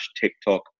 TikTok